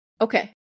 Okay